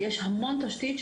יש המון תשתית,